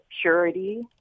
purity